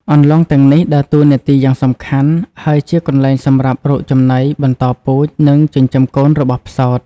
អន្លង់ទាំងនេះដើរតួនាទីយ៉ាងសំខាន់ហើយជាកន្លែងសម្រាប់រកចំណី បន្តពូជ និងចិញ្ចឹមកូនរបស់ផ្សោត។